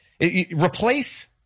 replace